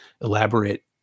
elaborate